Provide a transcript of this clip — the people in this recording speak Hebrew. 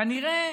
כנראה